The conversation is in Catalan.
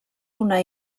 una